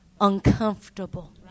uncomfortable